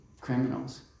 criminals